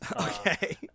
Okay